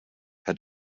had